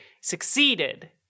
Succeeded